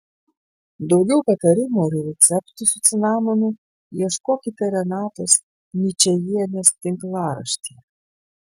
daugiau patarimų ir receptų su cinamonu ieškokite renatos ničajienės tinklaraštyje